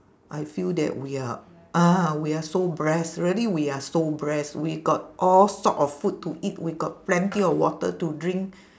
I feel that we are ah we are so blessed really we are so blessed we got all sort of food to eat we got plenty of water to drink